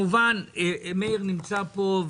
מאיר נמצא פה,